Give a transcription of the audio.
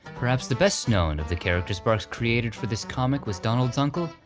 perhaps the best-known of the characters barks created for this comic was donald's uncle,